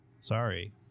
Sorry